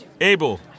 Abel